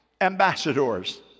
Ambassadors